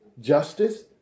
Justice